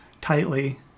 tightly